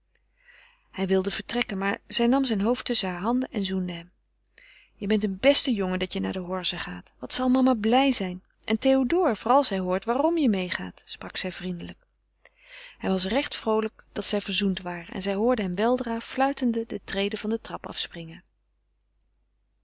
hij wilde vertrekken maar zij nam zijn hoofd tusschen hare handen en zoende hem je bent een beste jongen dat je naar de horze gaat wat zal mama blij zijn en théodore vooral als hij hoort waarom je meêgaat sprak zij vriendelijk hij was recht vroolijk dat zij verzoend waren en zij hoorde hem weldra fluitende de treden der trap afspringen